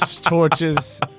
torches